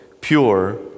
pure